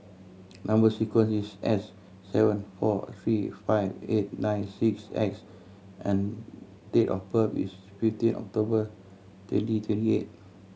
number sequence is S seven four three five eight nine six X and date of birth is fifteen October twenty twenty eight